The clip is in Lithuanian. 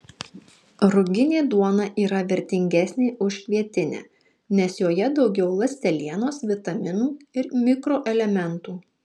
ruginė duona yra vertingesnė už kvietinę nes joje daugiau ląstelienos vitaminų ir mikroelementų